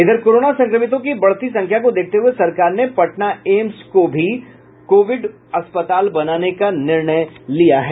इधर कोरोना संक्रमितों की बढ़ती संख्या को देखते हुए सरकार ने पटना एम्स को भी कोविड अस्पताल बनाने का निर्णय लिया है